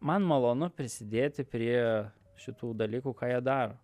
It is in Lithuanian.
man malonu prisidėti prie šitų dalykų ką jie daro